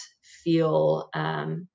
feel